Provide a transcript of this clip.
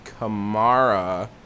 Kamara